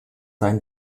sein